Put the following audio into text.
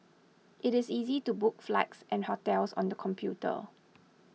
it is easy to book flights and hotels on the computer